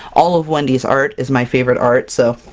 all of wendy's art is my favorite art! so,